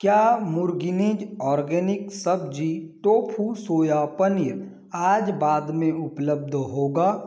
क्या मुर्गिनीज ऑर्गेनिक सब्ज़ी टोफू सोया पनीर आज बाद में उपलब्ध होगा